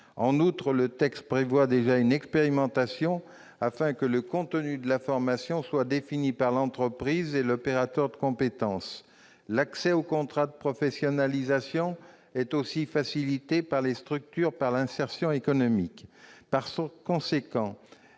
En outre, le texte prévoit déjà une expérimentation afin que le contenu de la formation soit défini par l'entreprise et par l'opérateur de compétences. L'accès aux contrats de professionnalisation est également facilité pour les structures par l'insertion économique. Par conséquent,